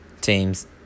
Teams